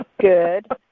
Good